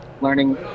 learning